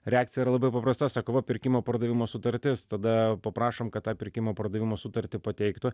reakcija yra labai paprasta sako va pirkimo pardavimo sutartis tada paprašom kad tą pirkimo pardavimo sutartį pateiktų